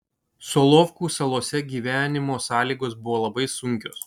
solovkų salose gyvenimo sąlygos buvo labai sunkios